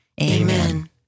Amen